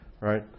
right